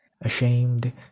Ashamed